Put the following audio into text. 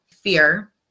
fear